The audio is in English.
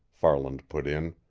farland put in.